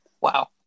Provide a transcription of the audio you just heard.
Wow